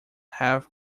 have